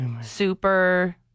Super